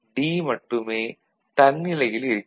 D மட்டுமே தன்னிலையில் இருக்கிறது